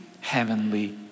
heavenly